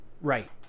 Right